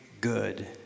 good